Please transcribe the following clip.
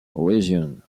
region